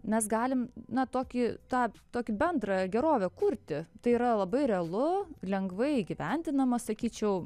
mes galim na tokį tą tokį bendrą gerovę kurti tai yra labai realu lengvai įgyvendinama sakyčiau